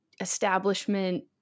establishment